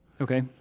Okay